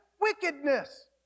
wickedness